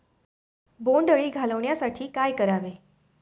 बोंडअळी घालवण्यासाठी काय करावे?